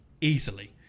easily